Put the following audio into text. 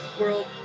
World